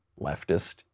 leftist